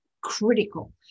critical